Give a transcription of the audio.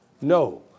No